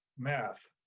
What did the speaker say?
math,